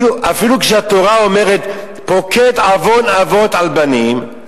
התורה אומרת "פקד עון אבות על בנים",